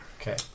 Okay